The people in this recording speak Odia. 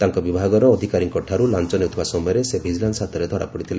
ତାଙ୍କ ବିଭାଗର ଅଧିକାରୀଙ୍କଠାରୁ ଲାଞ ନେଉଥିବା ସମୟରେ ସେ ଭିଜିଲାନ୍ ହାତରେ ଧରାପଡିଥିଲେ